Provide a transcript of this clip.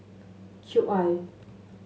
Cube I